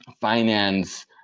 finance